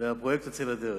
והפרויקט יוצא לדרך.